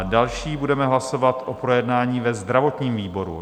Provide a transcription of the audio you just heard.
Další budeme hlasovat o projednání ve zdravotním výboru.